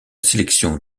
sélection